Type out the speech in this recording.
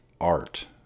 art